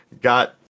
got